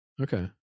Okay